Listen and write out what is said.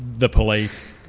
the police,